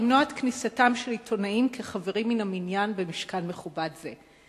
למנוע את כניסתם של עיתונאים כחברים מן המניין במשכן מכובד זה.